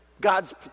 God's